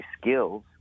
skills